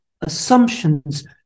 assumptions